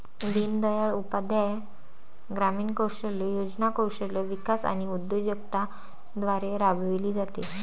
दीनदयाळ उपाध्याय ग्रामीण कौशल्य योजना कौशल्य विकास आणि उद्योजकता द्वारे राबविली जाते